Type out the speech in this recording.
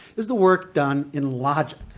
is the work done in logic.